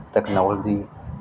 technology